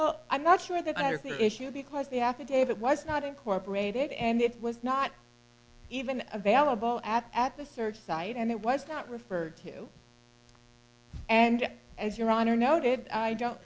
well i'm not sure that i have the issue because the affidavit was not incorporated and it was not even available at at the search site and it was not referred to and as your honor noted i don't